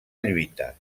lluita